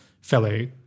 fellow